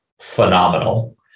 phenomenal